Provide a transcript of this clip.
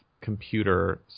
computer